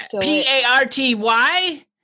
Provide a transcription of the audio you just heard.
P-A-R-T-Y